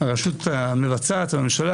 הרשות המבצעת הממשלה,